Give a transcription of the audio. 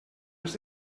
els